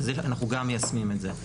אנחנו גם מיישמים את זה.